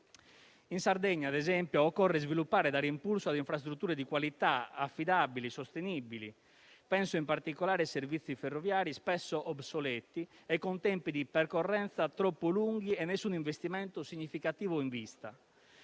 In Sardegna - ad esempio - occorre sviluppare e dare impulso a infrastrutture di qualità affidabili e sostenibili. Penso in particolare ai servizi ferroviari spesso obsoleti e con tempi di percorrenza troppo lunghi e nessun investimento significativo in vista.